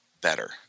better